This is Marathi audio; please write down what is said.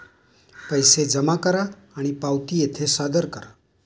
पैसे जमा करा आणि पावती येथे सादर करा